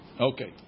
Okay